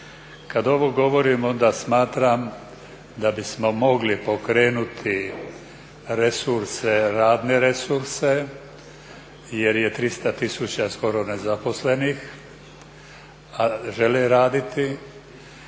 Kad ovo govorim onda smatram da bismo mogli pokrenuti resurse, radne resurse jer je 300 tisuća skoro nezaposlenih, a žele raditi.